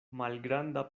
malgranda